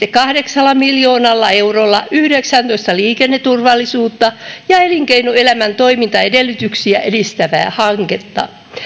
kahdeksalla miljoonalla eurolla yhdeksäntoista liikenneturvallisuutta ja elinkeinoelämän toimintaedellytyksiä edistävää hanketta